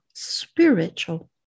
Spiritual